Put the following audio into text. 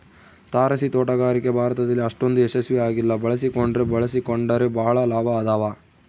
ತಾರಸಿತೋಟಗಾರಿಕೆ ಭಾರತದಲ್ಲಿ ಅಷ್ಟೊಂದು ಯಶಸ್ವಿ ಆಗಿಲ್ಲ ಬಳಸಿಕೊಂಡ್ರೆ ಬಳಸಿಕೊಂಡರೆ ಬಹಳ ಲಾಭ ಅದಾವ